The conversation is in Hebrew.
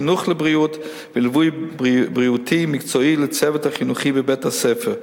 חינוך לבריאות וליווי בריאותי מקצועי לצוות החינוכי בבית-הספר.